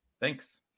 thanks